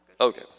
Okay